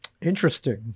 Interesting